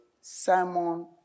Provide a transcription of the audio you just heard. Simon